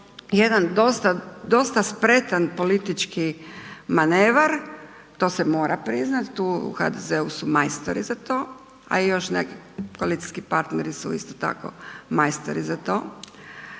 jedan dosta spretan politički manevar, to se mora priznat, tu u HDZ-u su majstori za to a i još neki koalicijski partneri su isto tako majstori za to